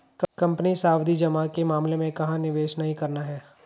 Company सावधि जमा के मामले में कहाँ निवेश नहीं करना है?